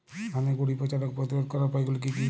ধানের গুড়ি পচা রোগ প্রতিরোধ করার উপায়গুলি কি কি?